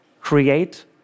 create